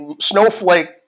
Snowflake